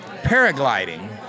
paragliding